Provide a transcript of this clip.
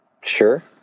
Sure